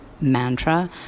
mantra